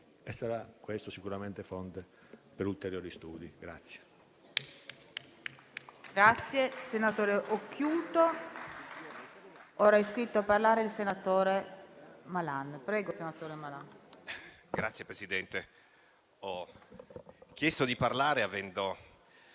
e sarà questo, sicuramente, fonte per ulteriori studi.